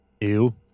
Ew